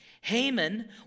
Haman